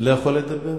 אני לא יכול לדבר?